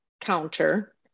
counter